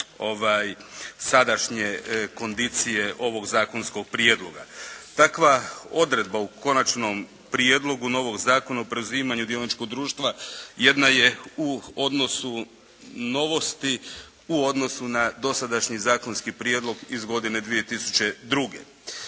sadašnje kondicije ovog zakonskog prijedloga. Takva odredba u konačnom prijedlogu novog Zakona o preuzimanju dioničkog društva jedna je u odnosu novosti u odnosu na dosadašnji zakonski prijedlog iz godine 2002.